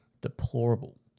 deplorable